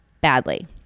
badly